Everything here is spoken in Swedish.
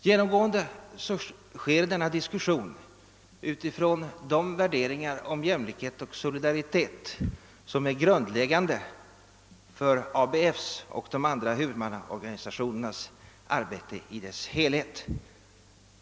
Genomgående förs denna diskussion utifrån de värderingar om jämlikhet och solidaritet som är grundläggande för ABF:s och de andra huvudmannaorganisationernas arbete i dess helhet.